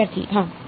વિદ્યાર્થી હા